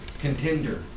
contender